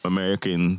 American